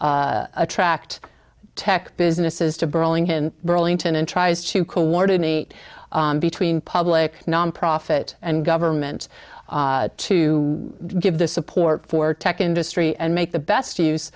attract tech businesses to burlington burlington and tries to coordinate between public nonprofit and government to give the support for tech industry and make the best use